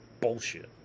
bullshit